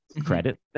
credit